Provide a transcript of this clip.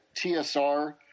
TSR